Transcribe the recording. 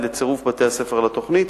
לצירוף בתי-ספר לתוכנית,